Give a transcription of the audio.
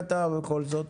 מבחינה כלכלית,